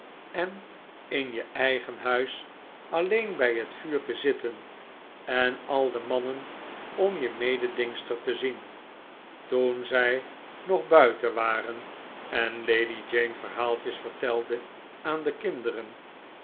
en in je eigen huis alleen bij het vuur te zitten en al de mannen om je mededingster te zien toen zij nog buiten waren en lady jane verhaaltjes vertelde aan de kinderen